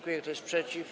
Kto jest przeciw?